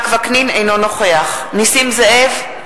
אינו נוכח נסים זאב,